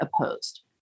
opposed